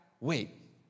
Wait